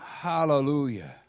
Hallelujah